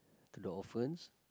to the orphans